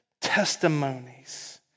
testimonies